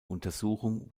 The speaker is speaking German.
untersuchung